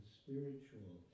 spiritual